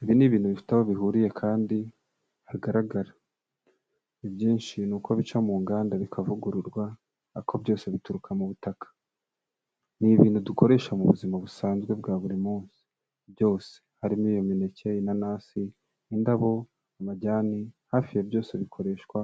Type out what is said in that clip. Ibi ni ibintu bifite aho bihuriye kandi hagaragara, ibyinshi ni uko bica mu nganda bikavugururwa ariko byose bituruka mu butaka, ni ibintu dukoresha mu buzima busanzwe bwa buri munsi byose, harimo iyo mineke, inanasi, indabo, amajyane hafi ya byose bikoreshwa